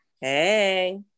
Hey